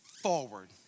forward